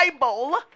Bible